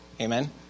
Amen